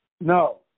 No